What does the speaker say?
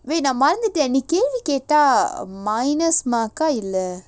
wait நா மறந்துட்டேன் நீ கேள்வி கேட்டா:naa maranthuttaen nee kelvi kettaa minus mark ah இல்ல:illa